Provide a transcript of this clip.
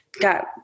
got